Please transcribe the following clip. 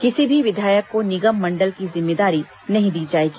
किसी भी विधायक को निगम मंडल की जिम्मेदारी नहीं दी जाएगी